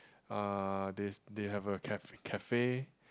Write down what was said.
uh they they have a caf~ cafe